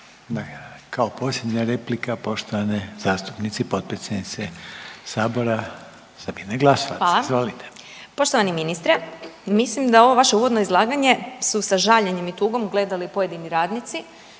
A kao posljednja replika poštovane zastupnice i potpredsjednice sabora Sabine Glasovac. Izvolite. **Glasovac, Sabina (SDP)** Hvala. Poštovani ministre, mislim da ovo vaše uvodno izlaganje su sa žaljenjem i tugom gledali pojedini radnici